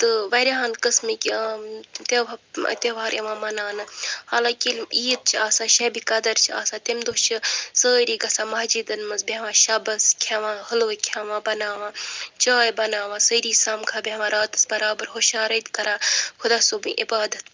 تہٕ واریاہہٕ قٕسمٕکۍ تہو تِہوار یِوان مناونہٕ حالانٛکہِ عید چھِ آسان شَبہِ قدٕر چھِ آسان تمہِ دۄہ چھِ سٲرِی گژھان مسجِدن منٛز بیٚہوان شبَس کھیٚوان حلوٕ کھیٚوان بناوان چاے بناوان سٲرِی سمکھان بیٚہوان راتَس برابَر ہُشارَے کران خۄدا صُوبٕنۍ عبادَت